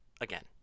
again